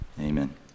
amen